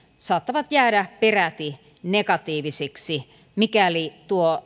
saattavat jäädä peräti negatiivisiksi mikäli